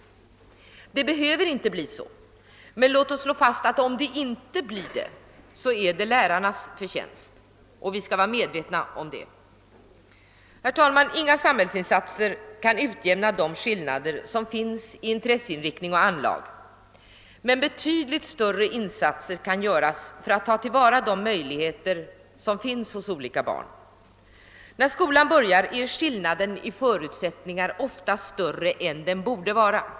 Det behöver inte bli så, men låt oss slå fast att om det inte blir så är det lärarnas förtjänst — det bör vi vara medvetna om. Herr talman! Inga samhällsinsatser kan utjämna de skillnader som finns i intresseinriktning och anlag. Men betydligt större insatser kan göras för att ta till vara de möjligheter som finns hos olika barn. När skolan börjar är skillnaden i förutsättningarna oftast större än den borde vara.